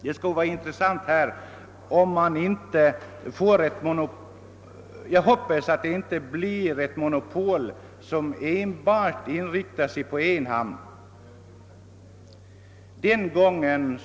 Jag hoppas att det här inte blir fråga om ett monopol som enbart inriktar sig på en enda hamn.